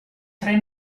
tre